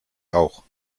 auch